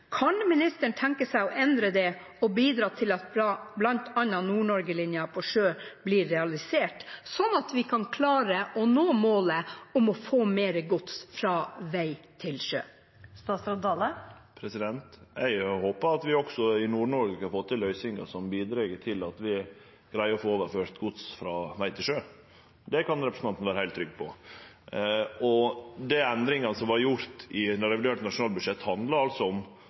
Kan statsråden tenke seg å endre det og bidra til at bl.a. Nord-Norge-linjen på sjø blir realisert, slik at vi kan klare å nå målet om å få mer gods over fra vei til sjø? Eg òg håpar at vi også i Nord-Noreg kan få til løysingar som bidreg til at vi greier å få overført gods frå veg til sjø. Det kan representanten vere heilt trygg på. Dei endringane som vart gjorde i revidert nasjonalbudsjett, handla altså om